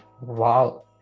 wow